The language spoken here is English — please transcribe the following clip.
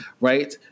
right